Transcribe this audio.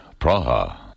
Praha. (